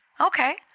Okay